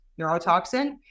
neurotoxin